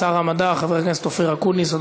שר המדע אופיר אקוניס.